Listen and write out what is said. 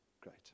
Great